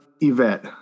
Yvette